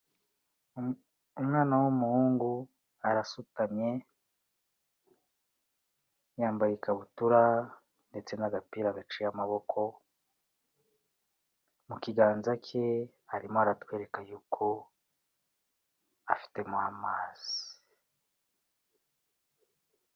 Umwana w'umuhungu, arasutamye, yambaye ikabutura ndetse n'agapira gaciye amaboko, mu kiganza cye harimo haratwereka yuko, afitemo amazi.